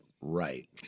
right